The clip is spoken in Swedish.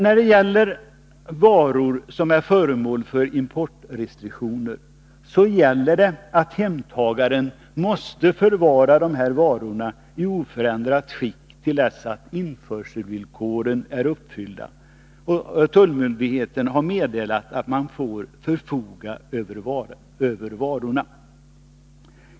När det gäller varor som är föremål för importrestriktioner gäller emellertid att hemtagaren måste förvara varorna i oförändrat skick till dess att införselvillkoren har uppfyllts och tullmyndigheten meddelat att man får förfoga över varorna.